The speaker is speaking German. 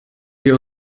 wir